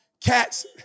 Cats